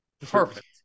Perfect